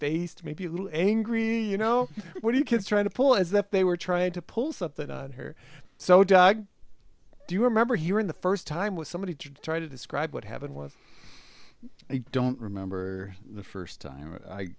faced maybe a little angry you know what are you kids trying to pull is that they were trying to pull something on her so doug do you remember hearing the first time with somebody to try to describe what happened with i don't remember the first time i